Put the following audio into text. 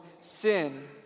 sin